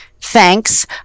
thanks